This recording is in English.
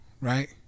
Right